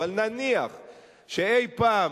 אבל נניח שאי-פעם,